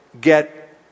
get